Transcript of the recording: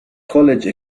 college